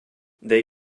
they